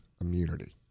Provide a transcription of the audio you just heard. immunity